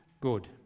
good